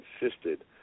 insisted